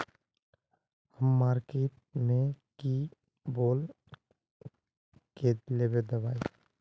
हम मार्किट में की बोल के लेबे दवाई?